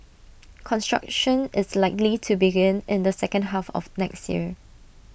construction is likely to begin in the second half of next year